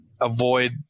avoid